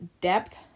depth